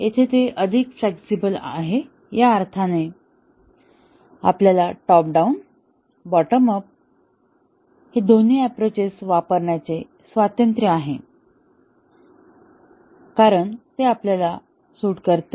तर इथे ते अधिक फ्लेक्सिबल आहे या अर्थाने आपल्याला टॉप डाउन बॉटम अप दोन्ही अँप्रोचेस वापरण्याचे स्वातंत्र्य आहे कारण ते आपल्याला सूट करते